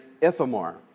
Ithamar